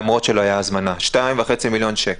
למרות שלא הייתה הזמנה, 2.5 מיליון שקל.